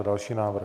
Další návrh.